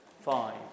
five